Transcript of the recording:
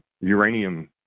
uranium